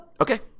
Okay